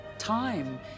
Time